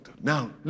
Now